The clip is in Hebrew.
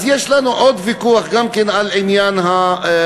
יש לנו עוד ויכוח גם כן על עניין הממוגרפיה,